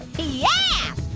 yeah,